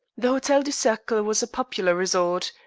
the hotel du cercle was a popular resort,